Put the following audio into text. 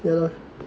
okay lor